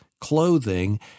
clothing